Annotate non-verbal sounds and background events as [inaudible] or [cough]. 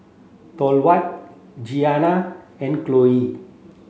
Thorwald Giana and [unintelligible]